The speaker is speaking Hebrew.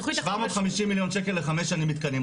שבע מאות חמישים מיליון שקל לחמש שנים מתקנים.